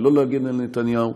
ולא להגן על נתניהו,